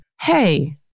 Hey